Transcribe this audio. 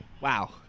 Wow